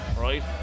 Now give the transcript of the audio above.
right